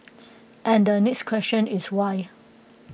and the next question is why